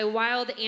wild